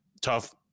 tough